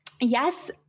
yes